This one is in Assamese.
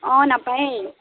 অঁ নাপায়েই